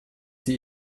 sie